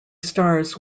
stars